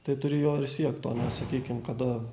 tai turi jo ir siekt o ne sakykim kada